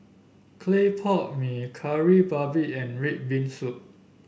Clay Pot Mee Kari Babi and red bean soup